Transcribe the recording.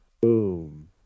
Boom